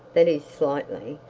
that is, slightly.